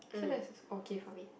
so that's okay for me